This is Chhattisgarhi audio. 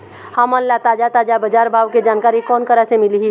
हमन ला ताजा ताजा बजार भाव के जानकारी कोन करा से मिलही?